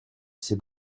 ses